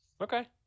Okay